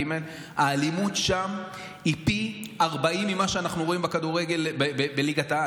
ג' האלימות שם היא פי 40 ממה שאנחנו ראינו בכדורגל בליגת-העל.